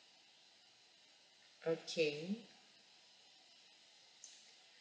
okay